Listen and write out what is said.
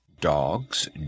Dogs